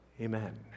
Amen